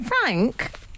Frank